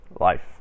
life